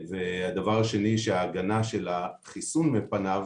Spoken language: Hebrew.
הדבר השני שההגנה של החיסון מפניו